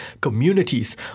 communities